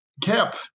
cap